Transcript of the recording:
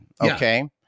Okay